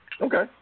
Okay